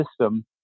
system